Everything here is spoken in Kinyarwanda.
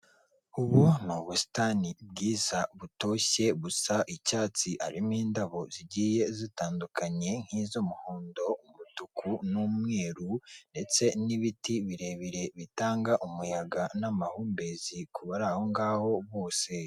Ubu ni busitani bwiza butoshye gusa icyatsi harimo indabo zigiye zitandukanye nk'iz'umuhondo, umutuku n'umweru ndetse n'ibiti birebire bitanga umuyaga n'amahumbezi kubari ahongaho bose.